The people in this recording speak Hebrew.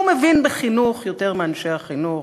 הוא מבין בחינוך יותר מאנשי החינוך,